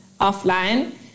offline